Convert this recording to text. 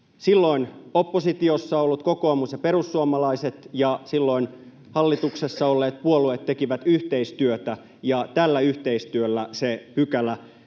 Silloin oppositiossa olleet kokoomus ja perussuomalaiset ja silloin hallituksessa olleet puolueet tekivät yhteistyötä, ja tällä yhteistyöllä se pykälä